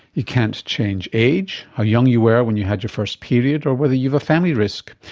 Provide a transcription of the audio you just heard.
you can't change age, how young you were when you had your first period or whether you've a family risk.